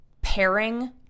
pairing